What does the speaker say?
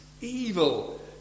evil